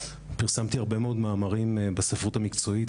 פרסמתי הרבה מאמרים בספרות המקצועית,